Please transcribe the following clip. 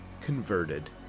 converted